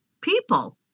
people